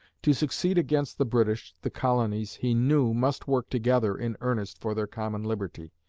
to succeed against the british, the colonies, he knew, must work together in earnest for their common liberty.